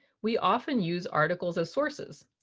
we often use articles as sources.